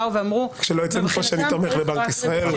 שלא יצא מכאן שאני תומך בבנק ישראל.